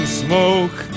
smoke